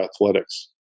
athletics